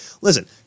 Listen